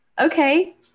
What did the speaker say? okay